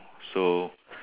so